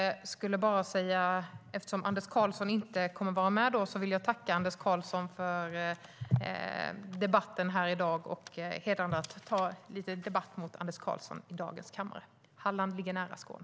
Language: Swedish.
Eftersom Anders Karlsson inte kommer att vara med framöver vill jag tacka Anders Karlsson för debatten här i dag. Det är hedrande att ta lite debatt mot Anders Karlsson i kammaren i dag. Halland ligger nära Skåne.